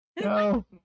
No